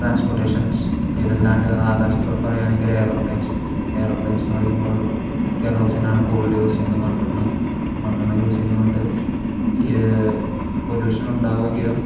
transportations ഇതല്ലാണ്ട് ആകാശത്തുകൂടെ പറയുകയാണെങ്കിൽ എയ്റോപ്ലെയിൻസ് എയറോപ്ലെയിൻസെന്ന് പറയുമ്പോൾ കേറോസീനാണ് കൂടുതൽ യൂസ് ചെയ്യുന്നത് മണ്ണെണ്ണ മണ്ണെണ്ണ യൂസ് ചെയ്യുന്നതുകൊണ്ട് പൊല്യൂഷൻ ഉണ്ടാകുമെങ്കിലും